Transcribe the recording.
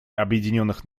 объединенных